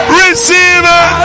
Receiver